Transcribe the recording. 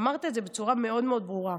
אמרת את זה בצורה מאוד מאוד ברורה.